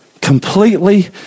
completely